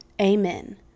Amen